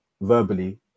verbally